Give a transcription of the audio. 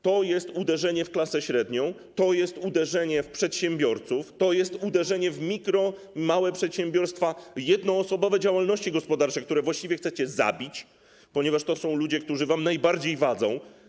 To jest uderzenie w klasę średnią, to jest uderzenie w przedsiębiorców, to jest uderzenie w mikro- i małe przedsiębiorstwa, w jednoosobowe działalności gospodarcze, które właściwie chcecie zabić, ponieważ to są ludzie, którzy wam najbardziej wadzą.